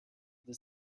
the